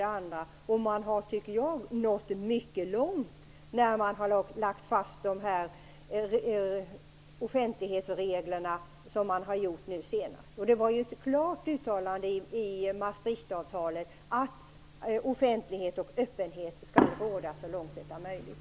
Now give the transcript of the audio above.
Jag tycker att man har nått mycket långt när man har lagt fast de offentlighetsregler som man har gjort. Det fanns ju ett klart uttalande i Maastrichtavtalet om att offentlighet och öppenhet skall råda så långt det är möjligt.